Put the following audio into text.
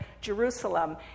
Jerusalem